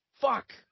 Fuck